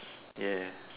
ya